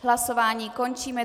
Hlasování končím.